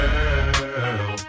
Girl